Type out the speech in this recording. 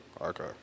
okay